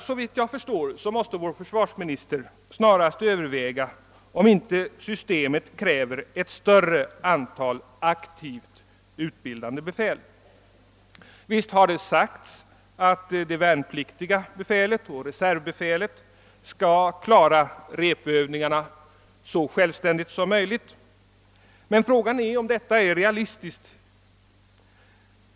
Såvitt jag förstår måste försvarsministern snarast överväga om inte systemet kräver ett större antal aktivt utbildande befäl. Visst har det sagts att det värnpliktiga befälet och reservbefälet skall klara repövningarna så självständigt som möjligt, men frågan är om detta är realistiskt.